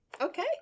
Okay